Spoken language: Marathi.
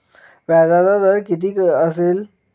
व्याजाचा दर किती असेल?